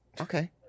Okay